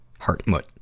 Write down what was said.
Hartmut